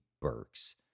Burks